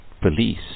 Police